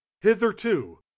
hitherto